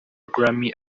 grammy